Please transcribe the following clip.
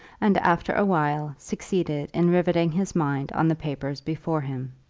and after a while succeeded in riveting his mind on the papers before him.